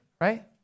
right